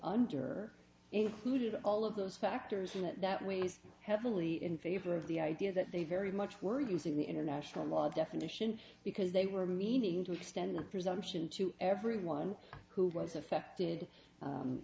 under included all of those factors in it that weighs heavily in favor of the idea that they very much were using the international law definition because they were meaning to extend the presumption to everyone who was affected